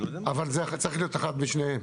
אבל זה צריך להיות אחד משניהם.